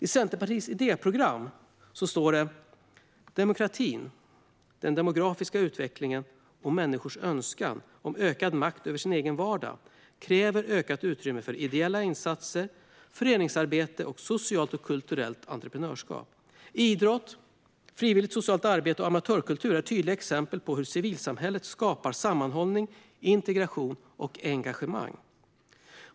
I Centerpartiets idéprogram står det: "Demokratin, den demografiska utvecklingen och människors önskan om ökad makt över sin egen vardag kräver ökat utrymme för ideella insatser, föreningsarbete och socialt och kulturellt entreprenörskap. Idrott, frivilligt socialt arbete och amatörkultur är tydliga exempel på hur civilsamhället skapar sammanhållning, integration och engagemang.